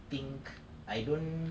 think I don't